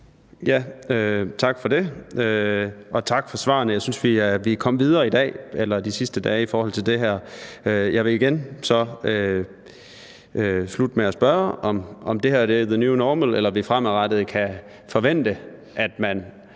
Tak for det, og tak for svarene. Jeg synes, vi er kommet videre de sidste dage i forhold til det her. Jeg vil igen så slutte med at spørge, om det her er the new normal, eller om vi fremadrettet kan forvente, at man,